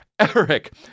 Eric